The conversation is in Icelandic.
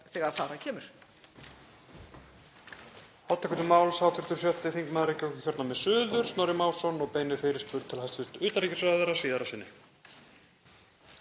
þegar þar að kemur.